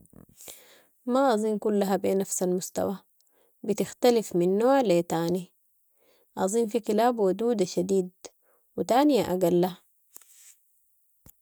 ما اظن كلها بنفس المستوى، بتختلف من نوع لي تاني، اظن في كلاب ودودة شديد و تانية اقل.